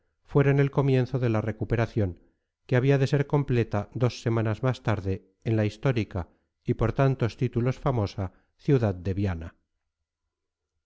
fueron el comienzo de la recuperación que había de ser completa dos semanas más tarde en la histórica y por tantos títulos famosa ciudad de viana